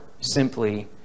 simply